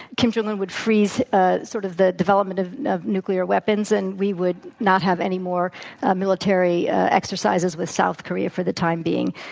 kim jong un would freeze ah sort of the development of of nuclear weapons and we would not have any more military ah exercises in south korea for the time being.